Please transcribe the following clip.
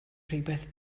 rhywbeth